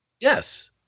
Yes